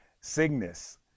cygnus